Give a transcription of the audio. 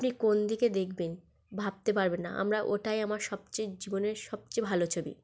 আপনি কোন দিকে দেখবেন ভাবতে পারবেন না আমরা ওটাই আমার সবচেয়ে জীবনের সবচেয়ে ভালো ছবি